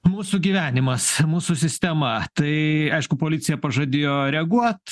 mūsų gyvenimas mūsų sistema tai aišku policija pažadėjo reaguot